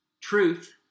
truth